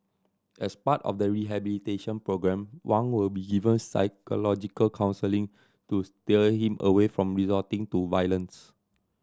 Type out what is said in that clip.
as part of the rehabilitation programme Wang will be given psychological counselling to steer him away from resorting to violence